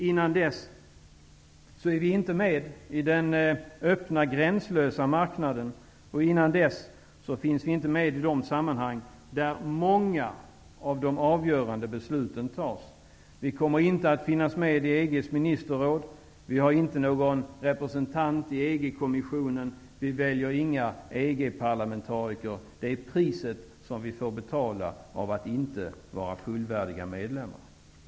Innan dess är vi inte med i den öppna gränslösa marknaden. Innan dess är vi inte med i de sammanhang där många av de avgörande besluten fattas. Vi kommer inte att vara med i EG:s ministerråd. Vi har ingen representant i EG-kommissionen. Vi väljer inga EG-parlamentariker. Det är det pris som vi får betala om Sverige inte är fullvärdig medlem.